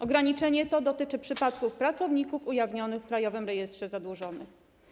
Ograniczenie to dotyczy przypadków pracowników ujawnionych w Krajowym Rejestrze Zadłużonych.